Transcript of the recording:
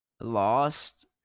lost